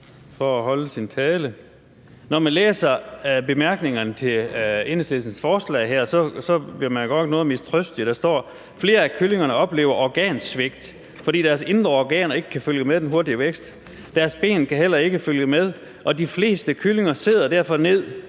Når man læser bemærkningerne til Enhedslistens forslag her, bliver man godt nok noget mistrøstig. Der står: »Flere af kyllingerne oplever organsvigt, fordi deres indre organer ikke kan følge med den hurtige vækst. Deres ben kan heller ikke følge med, og de fleste kyllinger sidder derfor ned